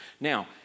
Now